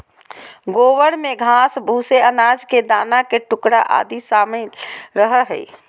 गोबर में घास, भूसे, अनाज के दाना के टुकड़ा आदि शामिल रहो हइ